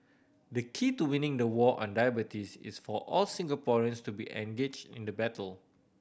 the key to winning the war on diabetes is for all Singaporeans to be engaged in the battle